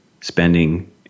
spending